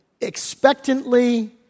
expectantly